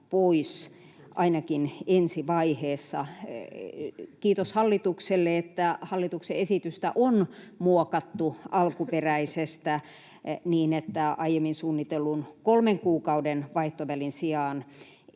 pois ainakin ensi vaiheessa. Kiitos hallitukselle, että hallituksen esitystä on muokattu alkuperäisestä niin, että aiemmin suunnitellun kolmen kuukauden vaihtovälin sijaan